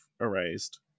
erased